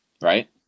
Right